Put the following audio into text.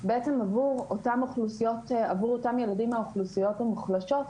עבור אותם ילדים מהאוכלוסיות המוחלשות,